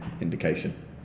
indication